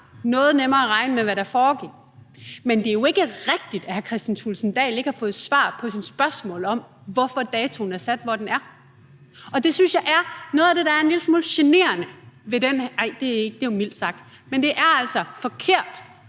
noget nemmere at regne med, hvad der foregik. Men det er jo ikke rigtigt, at hr. Kristian Thulesen Dahl ikke har fået svar på sine spørgsmål om, hvorfor datoen er sat, hvor den er. Og noget af det, der er en lille smule generende, nej, det var mildt sagt, men det er altså forkert